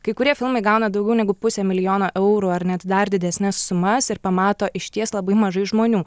kai kurie filmai gauna daugiau negu pusę milijono eurų ar net dar didesnes sumas ir pamato išties labai mažai žmonių